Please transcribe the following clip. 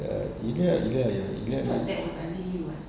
ya ilya ilya ya ilya